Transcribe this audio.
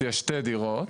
שתי דירות,